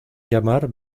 llamar